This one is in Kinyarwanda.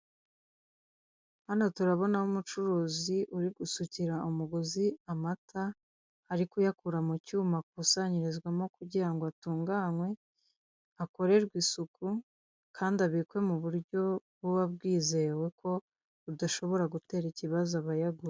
Hano turabonaho umucuruzi uri gusukira umuguzi amata ari kuyakura mu cyuma akasanyirizwamo kugira ngo atunanywe, akorerwe isuku kandi abikwe mu buryo buba bwizewe ko budashobora gutera ikibazo abayagura.